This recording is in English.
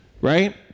Right